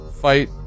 fight